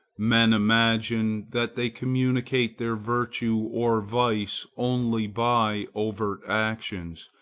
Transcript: men imagine that they communicate their virtue or vice only by overt actions,